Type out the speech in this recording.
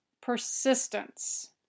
persistence